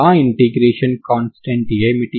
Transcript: ఆ integration constant ఏమిటి